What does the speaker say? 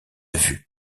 vue